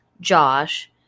Josh